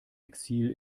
exil